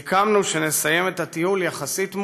סיכמנו שנסיים את הטיול יחסית מוקדם,